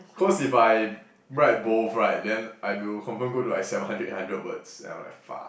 cause if I write both right then I will confirm go to like seven hundred eight hundred words and I'm like fuck